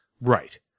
Right